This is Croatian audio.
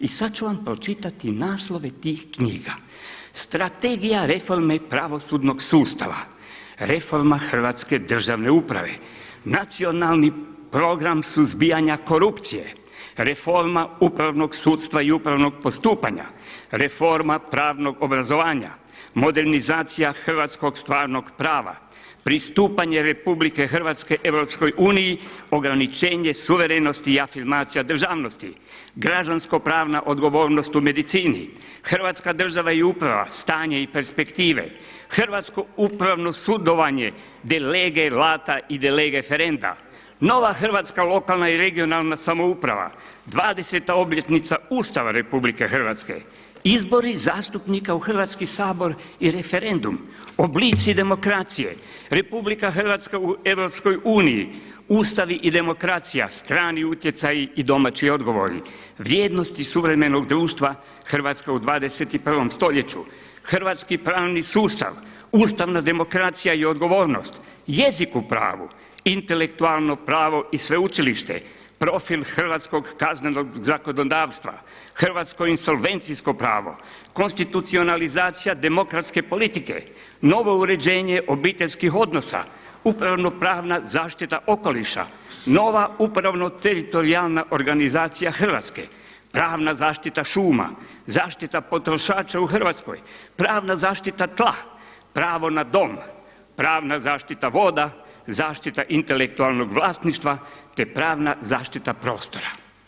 I sad ću vam pročitati naslove tih knjiga: „Strategija reforme pravosudnog sustava“, „Reforma hrvatske državne uprave“, „Nacionalni program suzbijanja korupcije“, „Reforma upravnog sudstva i upravnog postupanja“, „Reforma pravnog obrazovanja“, „Modernizacija hrvatskog stvarnog prava“, „Pristupanje Republike Hrvatske Europskoj uniji“, „Ograničenje suverenosti i afirmacija državnosti“, „Građanskopravna odgovornost u medicini“, „Hrvatska država i uprava stanje i perspektive“, „Hrvatsko upravno sudovanje de lege lata i de lege ferenta“, „Nova hrvatska lokalna i regionalna samouprava“, „Dvadeseta obljetnica Ustava Republike Hrvatske“, „Izbori zastupnika u Hrvatski sabor i referendum“, „Oblici demokracije“, „Republika Hrvatska u Europskoj uniji, Ustavi i demokracija strani utjecaji i domaći odgovori, „Vrijednosti suvremenog društva Hrvatske u 21. stoljeću“, „Hrvatski pravni sustav“ Ustavna demokracija i odgovornost, „Jezik u pravu“, „Intelektualno pravo i sveučilište“, „Profil hrvatskog kaznenog zakonodavstva“, „Hrvatsko insolvencijsko pravo“, „Konstitucionalizacija demokratske politike“, „Novo uređenje obiteljskih odnosa“, „Upravno-pravna zaštita okoliša“, „Nova upravno-teritorijalna organizacija Hrvatske“, „Pravna zaštita šuma“, „Zaštita potrošača u Hrvatskoj“, „Pravna zaštita tla“, „Pravo na dom“, „Pravna zaštita voda“, „Zaštita intelektualnog vlasništva“ te „Pravna zaštita prostora“